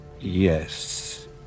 Yes